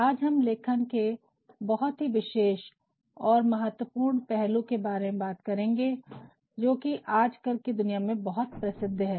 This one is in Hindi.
आज हम लेखन के बहुत ही विशेष और महत्वपूर्ण पहलू के बारे में बात करेंगे जोकि आज कल की दुनिया में बहुत प्रसिद्ध है